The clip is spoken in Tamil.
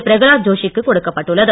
பிரகலாத் ஜோஷிக்கு கொடுக்கப்பட்டுள்ளது